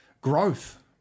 growth